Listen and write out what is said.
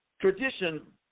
Tradition